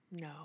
No